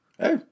Hey